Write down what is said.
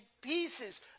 pieces